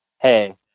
hey